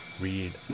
read